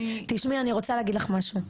תשמעי, אני רוצה להגיד לך משהו.